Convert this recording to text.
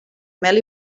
mel